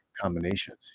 Combinations